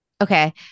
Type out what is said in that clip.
Okay